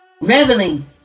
reveling